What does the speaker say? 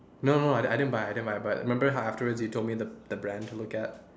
no no no I didn't buy I didn't buy but remember how afterwards you told me the the brand to look at